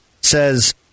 says